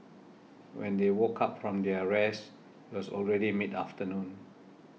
when they woke up from their rest it was already mid afternoon